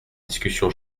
discussion